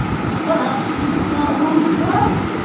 perhaps he didn't know whose it was,